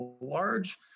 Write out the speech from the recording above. large